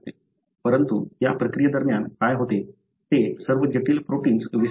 परंतु या प्रक्रियेदरम्यान काय होते ते सर्व जटिल प्रोटिन्स विस्थापित करते